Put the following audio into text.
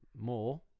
more